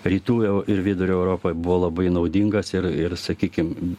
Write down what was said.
rytų ir vidurio europoje buvo labai naudingas ir ir sakykim